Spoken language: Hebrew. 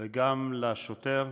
וגם למשפחת השוטר,